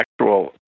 actual